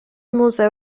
museo